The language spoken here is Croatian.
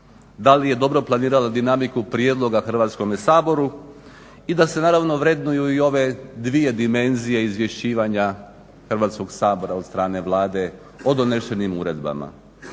da li je dobro planirala dinamiku prijedloga Hrvatskome saboru i da se naravno vrednuju i ove dvije dimenzije izvješćivanja Hrvatskog sabora od strane Vlade o donešenim uredbama.